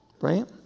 Right